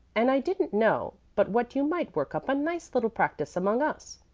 and i didn't know but what you might work up a nice little practice among us.